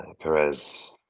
Perez